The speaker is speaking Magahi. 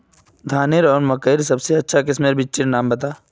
धानेर आर मकई सबसे अच्छा किस्मेर बिच्चिर नाम बता?